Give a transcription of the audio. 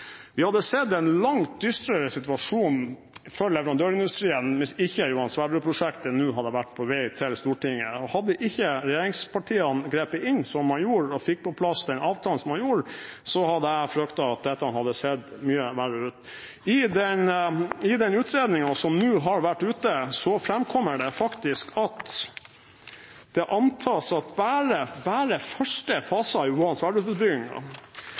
Vi hadde sett en langt dystrere situasjon for leverandørindustrien hvis ikke Johan Sverdrup-prosjektet nå hadde vært på vei til Stortinget. Hadde ikke regjeringspartiene grepet inn som man gjorde, og fått på plass den avtalen som man gjorde, frykter jeg at dette hadde sett mye verre ut. I den utredningen som nå har vært ute på høring, framkommer det at det antas at bare første fase av Johan Sverdrup-utbyggingen vil skape rundt 22 000 årsverk hos norske leverandørbedrifter – i